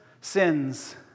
sins